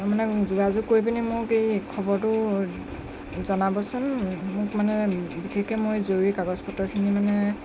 মানে যোগাযোগ কৰি পিনি মোক এই খবৰটো জনাবচোন মোক মানে বিশেষকৈ মই জৰুৰী কাগজ পত্ৰখিনি মানে